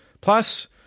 Plus